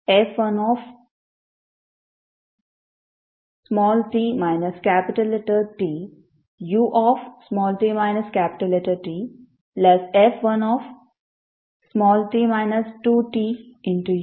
f1tf1t Tut Tf1t 2Tut 2T